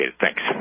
Thanks